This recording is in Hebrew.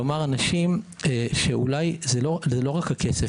כלומר זה לא רק הכסף.